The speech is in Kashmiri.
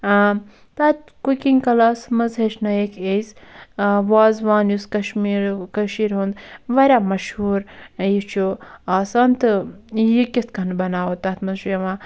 تتھ کُکِنٛگ کَلاسَس مَنٛز ہیٚچھنٲیِکھ أسۍ وازوان یُس کَشمیٖرُک کٔشیٖر ہُنٛد واریاہ مَشہوٗر یہِ چھُ آسان تہٕ یہِ کِتھٕ کٔنۍ بَناوو تتھ مَنٛز چھُ یِوان